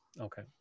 Okay